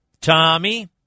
Tommy